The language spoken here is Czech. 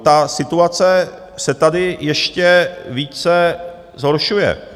Ta situace se tady ještě více zhoršuje.